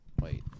Wait